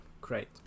Great